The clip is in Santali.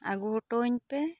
ᱟ ᱜᱩ ᱚᱴᱚ ᱟᱹᱧ ᱯᱮ